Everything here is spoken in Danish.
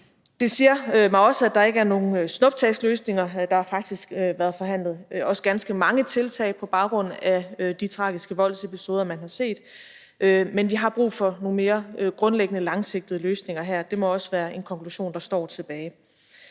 Det siger mig også, at der ikke er nogen snuptagsløsninger. Der har faktisk været forhandlet også ganske mange tiltag på baggrund af de tragiske voldsepisoder, man har set, men vi har brug for nogle mere grundlæggende, langsigtede løsninger her. Det må også være en konklusion, der står tilbage.